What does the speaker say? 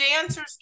dancers